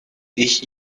ich